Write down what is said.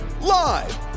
live